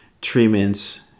treatments